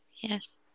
Yes